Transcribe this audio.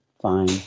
Fine